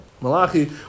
Malachi